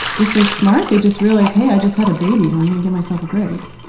if they're smart, they'll just realize, hey, i just had a baby! i'm gonna give myself a break.